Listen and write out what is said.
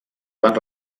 van